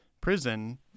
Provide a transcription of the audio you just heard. prison